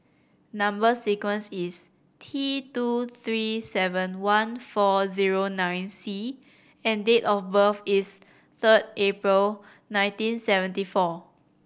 number sequence is T two three seven one four zero nine C and date of birth is third April nineteen seventy four